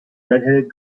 redheaded